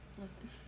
Listen